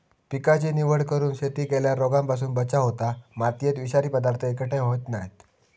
पिकाची निवड करून शेती केल्यार रोगांपासून बचाव होता, मातयेत विषारी पदार्थ एकटय होयत नाय